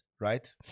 right